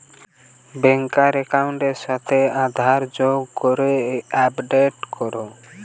ব্যাংকার একাউন্টের সাথে আধার যোগ করে আপডেট করে